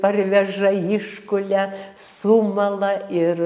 parveža iškulia sumala ir